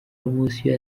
poromosiyo